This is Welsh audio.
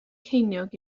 ceiniog